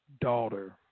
daughter